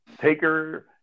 Taker